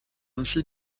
ainsi